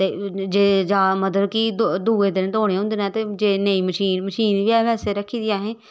ते जे जां मतलब कि दूए दिन धोने होंदे ने ते जे नेईं मशीन मशीन बी ऐ वैसे रक्खी दी अहें